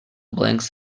blanks